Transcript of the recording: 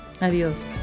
Adiós